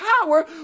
power